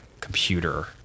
computer